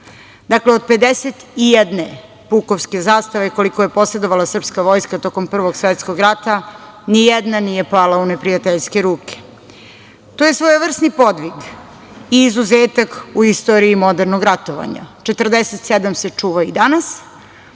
Dakle, od 51 pukovske zastave, koliko je posedovala srpska vojska tokom Prvog svetskog rata, ni jedna nije pala u neprijateljske ruke. To je svojevrsni podvig i izuzetak u istoriji modernog ratovanja. I danas